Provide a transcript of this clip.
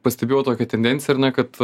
pastebėjau tokią tendenciją ir kad